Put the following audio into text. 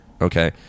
okay